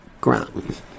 ground